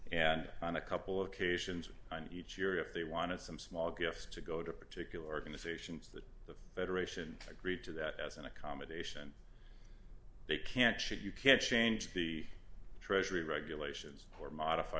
and on a couple of occasions and each year if they wanted some small gifts to go to particular organizations that the federation agreed to that as an accommodation they can't should you can't change the treasury regulations or modify